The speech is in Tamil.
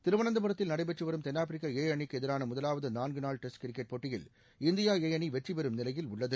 திருவனந்தபுரத்தில் நடைபெற்று வரும் தென்னாப்பிரிக்கா ஏ அணிக்கு எதிரான முதவாவது நான்கு நாள் டெஸ்ட் கிரிக்கெட் போட்டியில் இந்தியா ஏ அணி வெற்றிபெறும் நிலையில் உள்ளது